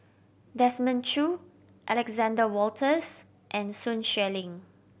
Desmond Choo Alexander Wolters and Sun Xueling